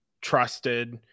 trusted